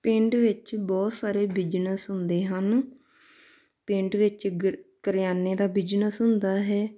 ਪਿੰਡ ਵਿੱਚ ਬਹੁਤ ਸਾਰੇ ਬਿਜਨਸ ਹੁੰਦੇ ਹਨ ਪਿੰਡ ਵਿੱਚ ਗ ਕਰਿਆਨੇ ਦਾ ਬਿਜਨਸ ਹੁੰਦਾ ਹੈ